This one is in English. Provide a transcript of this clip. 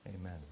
amen